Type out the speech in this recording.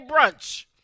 Brunch